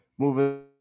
Moving